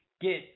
get